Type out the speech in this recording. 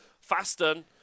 Fasten